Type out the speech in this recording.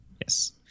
Yes